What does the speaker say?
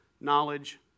knowledge